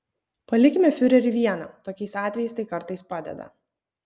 palikime fiurerį vieną tokiais atvejais tai kartais padeda